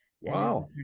Wow